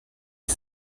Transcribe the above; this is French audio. les